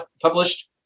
published